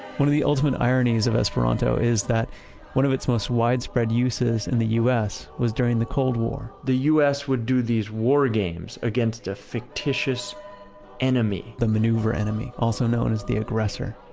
one of the ultimate ironies of esperanto is that one of its most widespread uses in the us was during the cold war the us would do these war games against a fictitious enemy the maneuver enemy. also known as the aggressor.